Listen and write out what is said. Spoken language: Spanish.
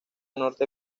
norte